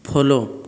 follow